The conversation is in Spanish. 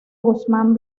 guzmán